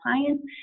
clients